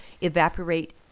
evaporate